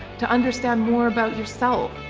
to understand more about yourself,